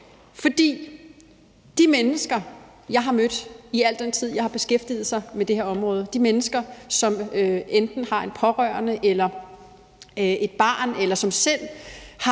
For de mennesker, jeg har mødt igennem al den tid, jeg har beskæftiget mig med det her område, og som enten har en pårørende, f.eks. et barn, med et